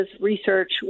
research